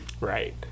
Right